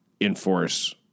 enforce